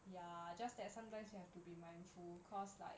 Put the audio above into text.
ya just that sometimes you have to be mindful cause like